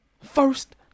First